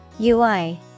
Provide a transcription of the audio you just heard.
UI